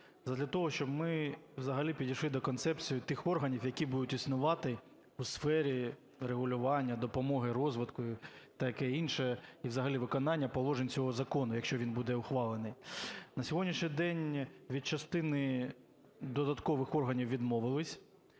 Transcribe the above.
задля того щоб ми взагалі підійшли до концепції тих органів, які будуть існувати у сфері регулювання, допомоги, розвитку і таке інше, і взагалі виконання положень цього закону, якщо він буде ухвалений. На сьогоднішній день від частини додаткових органів відмовились,